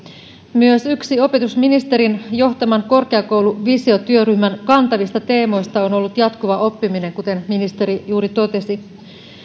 myös yksi opetusministerin johtaman korkeakouluvisio työryhmän kantavista teemoista on ollut jatkuva oppiminen kuten ministeri juuri totesi